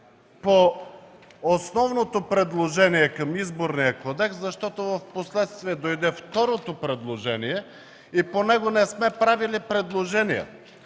по основното предложение към Изборния кодекс, защото впоследствие дойде второто предложение и по него не сме правили предложения